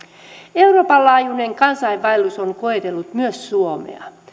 euroopan laajuinen kansainvaellus on koetellut myös suomea